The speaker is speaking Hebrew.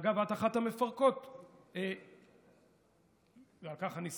אגב, את אחת המפרקות, ועל כך אני שמח,